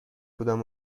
بودم